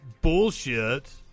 bullshit